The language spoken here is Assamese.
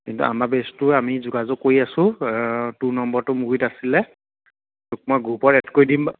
কিন্তু আমাৰ বেচ্টো আমি যোগাযোগ কৰি আছোঁ তোৰ নম্বৰটো মোৰ গুৰিত আছিলে মই গ্ৰুপৰ এড কৰি দিম বা